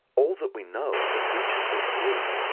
all that we know are the creatures we see.